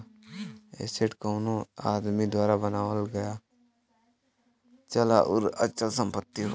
asset कउनो आदमी द्वारा बनाया गया चल आउर अचल संपत्ति होला